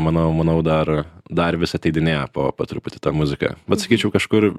manau manau dar dar vis ateidinėja po po truputį ta muzika bet sakyčiau kažkur